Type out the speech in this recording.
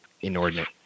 inordinate